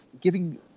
giving